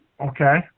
Okay